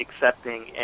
accepting